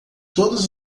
todos